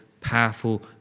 powerful